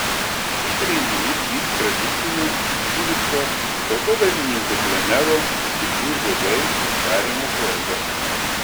šis renginys vyks tradicinio dvylikto tautodailininkų plenero zyplių žiogai uždarymo proga